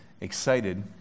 excited